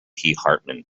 hartman